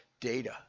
data